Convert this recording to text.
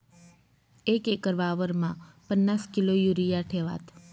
एक एकर वावरमा पन्नास किलो युरिया ठेवात